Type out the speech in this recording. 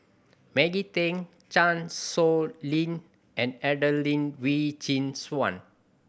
Maggie Teng Chan Sow Lin and Adelene Wee Chin Suan